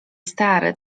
stary